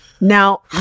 Now